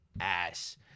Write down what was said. ass